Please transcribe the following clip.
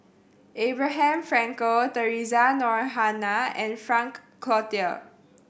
Abraham Frankel Theresa Noronha and Frank Cloutier